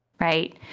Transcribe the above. right